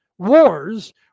Wars